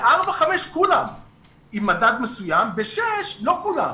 ב-5-4, כולן עם מדד מסוים וב-6, לא כולן.